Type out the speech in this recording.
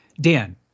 Dan